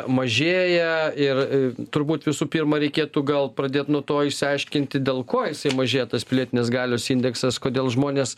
mažėja ir turbūt visų pirma reikėtų gal pradėt nuo to išsiaiškinti dėl ko jisai mažėja tas pilietinės galios indeksas kodėl žmonės